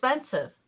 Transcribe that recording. expensive